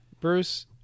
Bruce